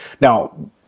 Now